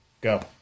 Go